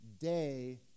day